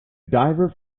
diver